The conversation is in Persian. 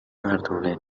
مردانه